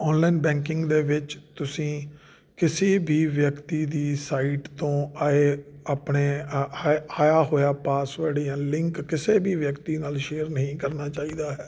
online banking ਦੇ ਵਿੱਚ ਤੁਸੀਂ ਕਿਸੇ ਵੀ ਵਿਅਕਤੀ ਦੀ ਸਾਈਟ ਤੋਂ ਆਏ ਆਪਣੇ ਆ ਹੈ ਆਇਆ ਹੋਇਆ ਪਾਸਵਰਡ ਜਾਂ ਲਿੰਕ ਕਿਸੇ ਵੀ ਵਿਅਕਤੀ ਨਾਲ ਸ਼ੇਅਰ ਨਹੀਂ ਕਰਨਾ ਚਾਹੀਦਾ ਹੈ